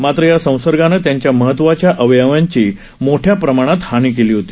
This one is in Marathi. मात्र या संसर्गानं त्यांच्या महत्त्वाच्या अवयवांची मोठ्या प्रमाणात हानी झाली होती